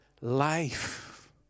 life